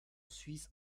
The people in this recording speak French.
suisse